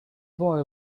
boy